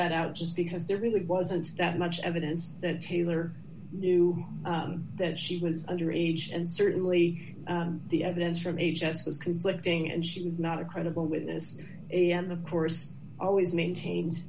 that out just because there really wasn't that much evidence that taylor knew that she was under age and certainly the evidence from age has was conflicting and she was not a credible witness and of course always maintain